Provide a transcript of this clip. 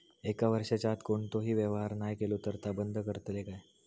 एक वर्षाच्या आत कोणतोही व्यवहार नाय केलो तर ता बंद करतले काय?